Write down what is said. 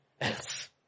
else